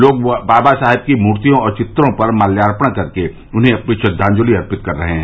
लोग बाबा साहेब की मूर्तियों और चित्रो पर माल्यार्पण कर के उन्हें अपनी श्रद्वाजंलि अर्पित कर रहे हैं